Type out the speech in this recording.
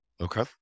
Okay